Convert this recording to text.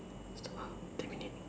it's two hour ten minute